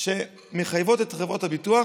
שמחייבת את חברות הביטוח